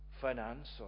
finance